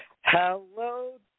Hello